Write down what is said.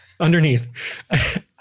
underneath